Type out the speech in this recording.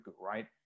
right